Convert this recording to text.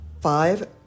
five